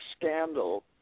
scandal